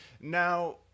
now